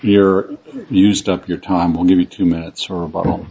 you're used up your tom will give you two minutes or a bottle